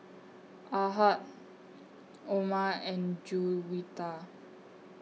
Ahad Omar and Juwita